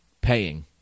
paying